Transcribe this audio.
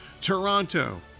Toronto